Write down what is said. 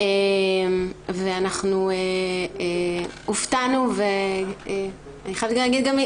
ואנחנו הופתענו ואני חייבת להגיד גם,